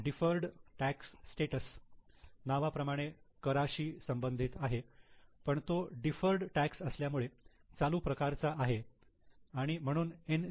deferred tax status नावा प्रमाणे कराशी संबंधित आहे पण तो डिफर्ड टॅक्स असल्यामुळे चालू प्रकारचा आहे आणि म्हणून एन